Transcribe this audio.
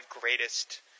greatest